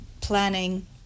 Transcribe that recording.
planning